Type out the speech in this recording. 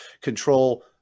control